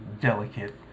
delicate